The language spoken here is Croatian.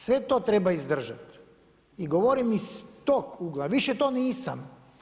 Sve to treba izdržati i govorim iz tog ugla, više to nisam.